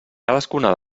cadascuna